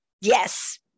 yes